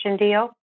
Deal